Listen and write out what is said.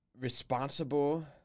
responsible